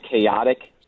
chaotic